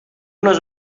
nos